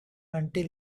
until